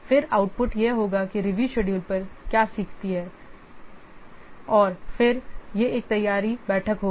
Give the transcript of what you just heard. फिर आउटपुट यह होगा कि रिव्यू शेडूल पर क्या सीखती है और फिर यह एक तैयारी बैठक होगी